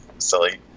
silly